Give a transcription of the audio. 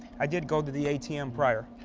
i did go to the atm prior.